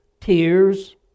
tears